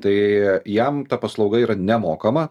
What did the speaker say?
tai jam ta paslauga yra nemokama